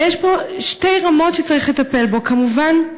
ויש שתי רמות שבהן צריך לטפל בו: כמובן,